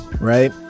Right